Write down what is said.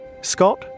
Scott